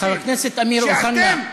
כשאתם,